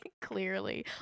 Clearly